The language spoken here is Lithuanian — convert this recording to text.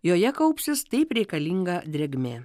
joje kaupsis taip reikalinga drėgmė